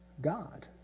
God